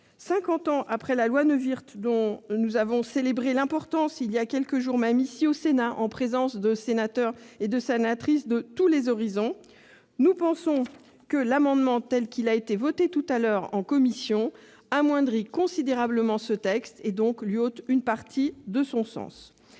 ans après la loi Neuwirth, dont nous avons célébré l'importance il y a quelques jours, au Sénat, en présence de sénateurs et de sénatrices de tous les horizons, nous pensons que l'amendement qui vient d'être voté en commission tend à amoindrir considérablement le présent texte, et donc à lui ôter une partie de son sens.